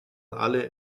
alle